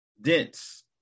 dense